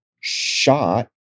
shot